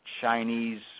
Chinese